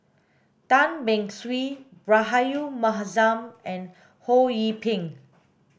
Tan Beng Swee Rahayu Mahzam and Ho Yee Ping